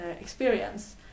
experience